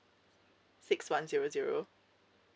six one zero zero